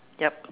yup